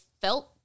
felt